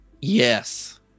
Yes